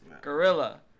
gorilla